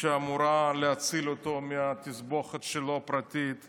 שאמורה להציל אותו מהתסבוכת הפרטית שלו.